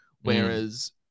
whereas